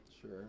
Sure